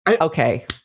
okay